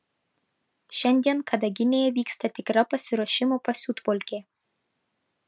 šiandien kadaginėje vyksta tikra pasiruošimo pasiutpolkė